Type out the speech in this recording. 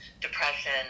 depression